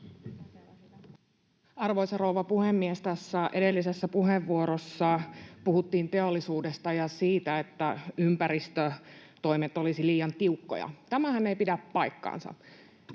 Arvoisa rouva puhemies! Tässä edellisessä puheenvuorossa puhuttiin teollisuudesta ja siitä, että ympäristötoimet olisivat liian tiukkoja. Tämähän ei pidä paikkaansa.